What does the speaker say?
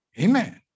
amen